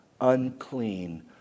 unclean